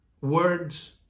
words